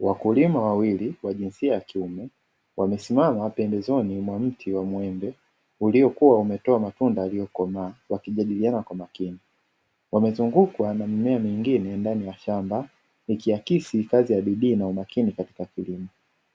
Wakulima wawili wa jinsia ya kiume wamesimama pembezoni mwa mti wa mwembe uliokuwa umetoa matunda yaliyo komaa, wakijadiliana kwa makini wamezungukwa na mimea mingine ndani ya shamba ikiakisi kazi ya bidii na umakini katika kilimo,